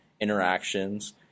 interactions